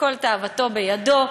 וכל תאוותו בידו,